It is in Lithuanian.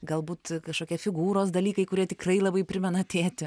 galbūt kažkokie figūros dalykai kurie tikrai labai primena tėtį